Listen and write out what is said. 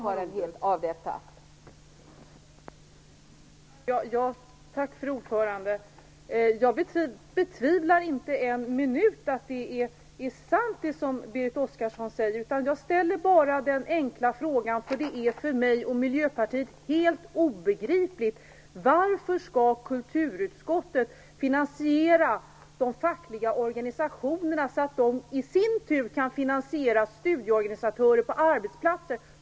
Fru talman! Jag betvivlar inte en minut att det som Berit Oscarsson säger är sant. Jag ställer bara denna enkla fråga på grund av att det för mig och Miljöpartiet är helt obegripligt att kulturutskottet skall finansiera de fackliga organisationerna så att de i sin tur kan finansiera studieorganisatörer på arbetsplatser.